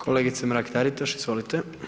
Kolegice Mrak Taritaš, izvolite.